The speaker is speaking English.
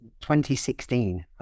2016